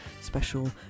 special